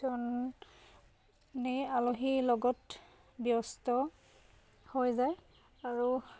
জনেই আলহীৰ লগত ব্যস্ত হৈ যায় আৰু